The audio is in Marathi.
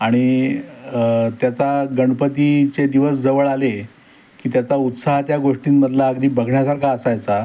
आणि त्याचा गणपतीचे दिवस जवळ आले की त्याचा उत्साह त्या गोष्टींमधला अगदी बघण्यासारखा असायचा